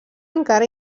encara